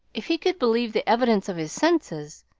if he could believe the evidence of his senses,